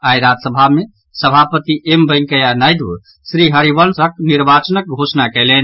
आई राज्यसभा मे सभापति एम वेंकैया नायडू श्री हरिवंशक निर्वाचनक घोषणा कयलनि